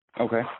Okay